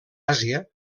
àsia